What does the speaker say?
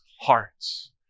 hearts